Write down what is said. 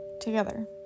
together